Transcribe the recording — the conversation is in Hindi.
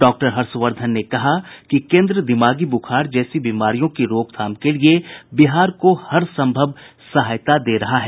डॉक्टर हर्षवर्धन ने कहा कि केन्द्र दिमागी बूखार जैसी बीमारियों की रोकथाम के लिए बिहार को हर संभव सहायता दे रहा है